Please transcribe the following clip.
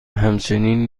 همچنین